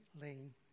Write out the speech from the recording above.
Lane